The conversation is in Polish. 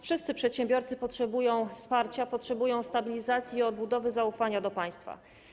Wszyscy przedsiębiorcy potrzebują wsparcia, potrzebują stabilizacji i odbudowy zaufania do państwa.